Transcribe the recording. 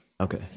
Okay